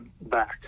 back